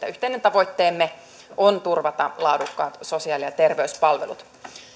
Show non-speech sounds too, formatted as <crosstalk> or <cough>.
<unintelligible> yhteinen tavoitteemme on turvata laadukkaat sosiaali ja terveyspalvelut